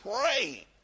pray